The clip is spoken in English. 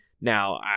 Now